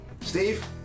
Steve